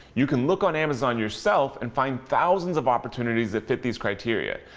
you can look on amazon yourself and find thousands of opportunities that fit these criteria,